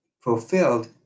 fulfilled